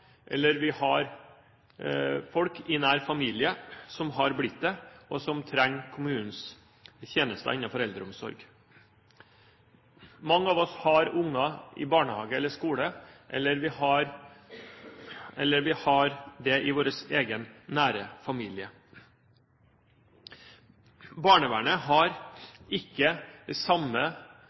eller vi har folk i nær familie som har blitt det, og som trenger kommunens tjenester innenfor eldreomsorg. Mange av oss har barn i barnehage eller skole, eller vi har det i vår egen nære familie. Barnevernet har ikke den samme allmenne interessen, det har ikke de samme